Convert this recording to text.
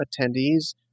attendees